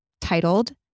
titled